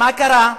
מה קרה?